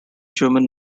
german